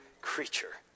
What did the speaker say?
creature